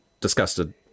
disgusted